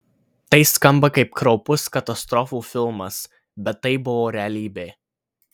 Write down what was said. tai skamba kaip kraupus katastrofų filmas bet tai buvo realybė